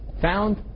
found